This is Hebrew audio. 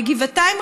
בגבעתיים,